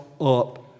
up